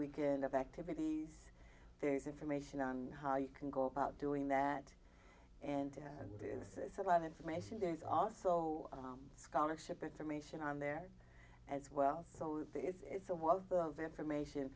weekend of activities there's information on how you can go about doing that and there's a lot of information there's also scholarship information on there as well so it's a wealth of information